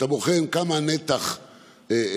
אתה בוחן מה הנתח התקציבי.